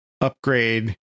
upgrade